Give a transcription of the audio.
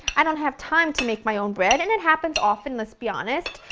i don't have time to make my own bread, and it happens often lets be honest,